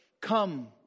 Come